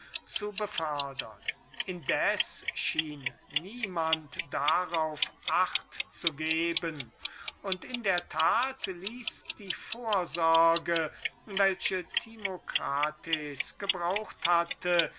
zu befördern indes schien niemand darauf acht zu geben und in der tat ließ die vorsorge welche timocrat gebraucht hatte